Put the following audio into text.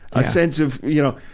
a sense of, you know,